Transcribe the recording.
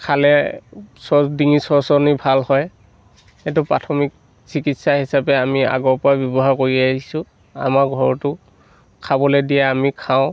খালে সব ডিঙিৰ চৰ্চৰণি ভাল হয় সেইটো প্ৰাথমিক চিকিৎসা হিচাপে আমি আগৰ পৰা ব্যৱহাৰ কৰি আহিছোঁ আমাৰ ঘৰতো খাবলৈ দিয়ে আমি খাওঁ